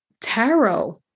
tarot